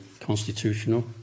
constitutional